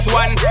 one